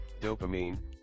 dopamine